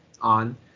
on